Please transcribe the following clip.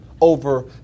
over